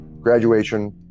graduation